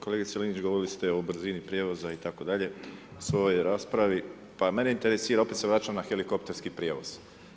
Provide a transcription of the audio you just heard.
Kolegice Linić govorili ste o brzini prijevoza i tako dalje, svoj raspravi, pa mene interesira, opet se vraćam na helikopterski prijevoz.